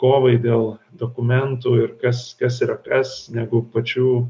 kovai dėl dokumentų ir kas kas yra kas negu pačių